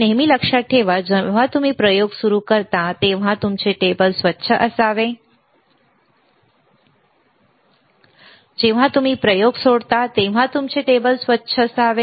नेहमी लक्षात ठेवा जेव्हा तुम्ही प्रयोग सुरू करता तेव्हा तुमचे टेबल स्वच्छ असावे जेव्हा तुम्ही प्रयोग सोडता तेव्हा तुमचे टेबल स्वच्छ बरोबर असावे